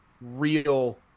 real